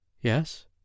Yes